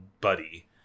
buddy